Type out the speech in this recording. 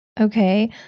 Okay